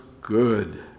good